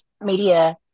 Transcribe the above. media